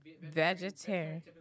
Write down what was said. Vegetarian